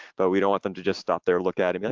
but we don't want them to just stop there look at i mean